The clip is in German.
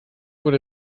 wurde